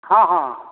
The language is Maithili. हॅं हॅं